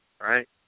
right